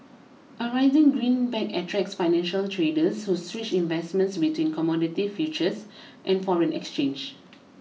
a rising greenback attracts financial traders who switch investments between commodity futures and foreign exchange